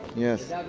yes.